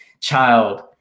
child